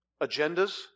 agendas